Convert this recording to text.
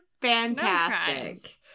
fantastic